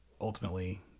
Ultimately